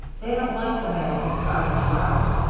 they don't like the man who crowded you out.